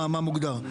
מה מוגדר.